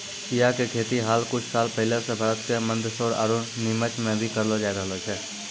चिया के खेती हाल कुछ साल पहले सॅ भारत के मंदसौर आरो निमच मॅ भी करलो जाय रहलो छै